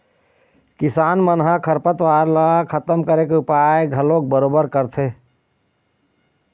किसान मन ह खरपतवार ल खतम करे के उपाय घलोक बरोबर करथे